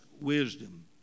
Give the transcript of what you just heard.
wisdom